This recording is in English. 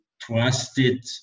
trusted